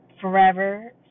forever